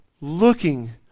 looking